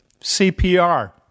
CPR